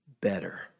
better